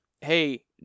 hey